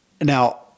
Now